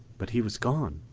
but he was gone.